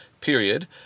period